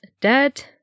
dead